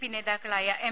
P നേതാക്കളായ M